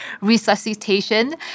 resuscitation